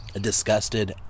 disgusted